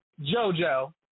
JoJo